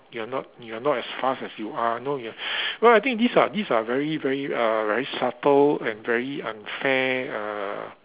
you are not you are not as fast as you are know you what I think these are these are very very uh very subtle and very unfair uh